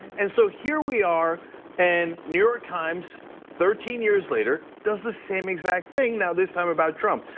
and so here we are and new york times, thirteen years later, does the same exact thing, now this time about trump,